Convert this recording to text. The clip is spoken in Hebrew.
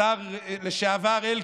השר לשעבר אלקין,